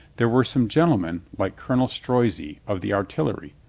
there were some gen tlemen, like colonel strozzi of the artillery,